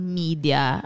media